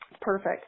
Perfect